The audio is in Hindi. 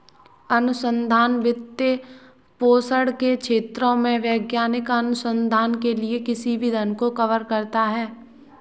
अनुसंधान वित्तपोषण के क्षेत्रों में वैज्ञानिक अनुसंधान के लिए किसी भी धन को कवर करता है